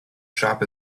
shop